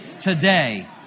today